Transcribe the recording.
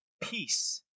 peace